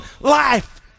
life